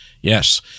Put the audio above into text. Yes